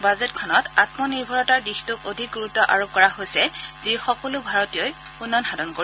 বাজেটখনত আত্মনিৰ্ভৰতাৰ দিশটোত অধিক গুৰুত্ব আৰোপ কৰা হৈছে যি সকলো ভাৰতীয়ই উন্নয়ন সাধন কৰিব